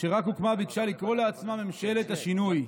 כשרק הוקמה, ביקשה לקרוא לעצמה ממשלת השינוי,